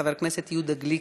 חבר הכנסת יהודה גליק,